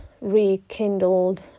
rekindled